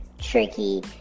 tricky